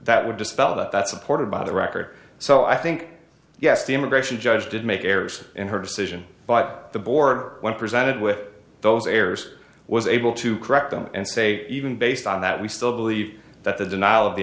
that would dispel that that's supported by the record so i think yes the immigration judge did make errors in her decision by the board when presented with those errors was able to correct them and say even based on that we still believe that the denial of the